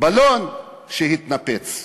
בלון שהתנפץ.